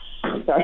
sorry